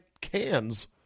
cans